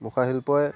মুখা শিল্পই